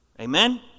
Amen